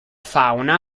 fauna